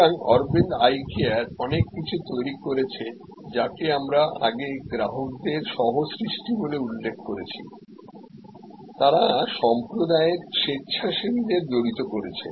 সুতরাং Aravind eye care অনেক কিছু তৈরি করেছে যাকে আমরা আগে গ্রাহকদের সহ সৃষ্টি বলে উল্লেখ করেছি তারা সম্প্রদায়ের স্বেচ্ছাসেবীদের জড়িত করেছে